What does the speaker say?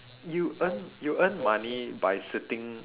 you earn you earn money by sitting